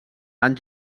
han